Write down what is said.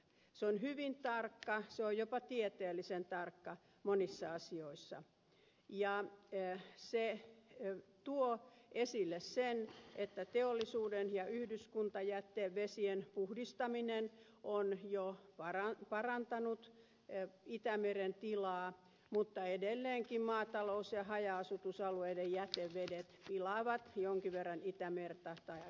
se on hyvin tarkka se on jopa tieteellisen tarkka monissa asioissa ja se tuo esille sen että teollisuuden ja yhdyskuntajätteen vesien puhdistaminen on jo parantanut itämeren tilaa mutta edelleenkin maatalous ja haja asutusalueiden jätevedet pilaavat jonkin verran itämerta tai aika paljonkin